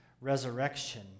resurrection